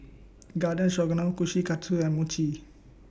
Garden Stroganoff Kushikatsu and Mochi